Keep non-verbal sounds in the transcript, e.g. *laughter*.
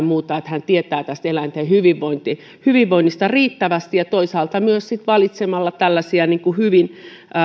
*unintelligible* muuta ja on tärkeää että hän tietää tästä eläinten *unintelligible* *unintelligible* hyvinvoinnista riittävästi ja toisaalta myös sitten valitsemalla tällaisia